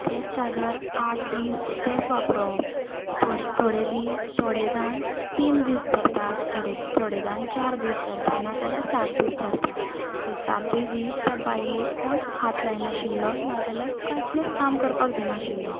तेंच चादर आठ दीस तेंच वापरप थोडे थोडे दीस थोडे जाण तीन दीस धरता थोडे थोडे जाण चार दीस धरतात नाजाल्यार सात दीस धरतात सो सातूय दीस त्या बायलेक कोण हात लाय नाशिल्लो नाजाल्यार कसलेंच काम करपाक दिनाशिल्लो